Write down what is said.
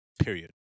period